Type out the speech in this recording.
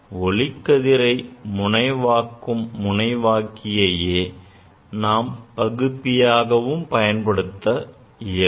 ஒளிக்கதிரை முனைவாக்கும் முனைவாக்கியையே நாம் பகுப்பியாகவும் பயன்படுத்த இயலும்